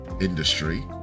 industry